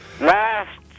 last